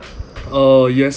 uh yes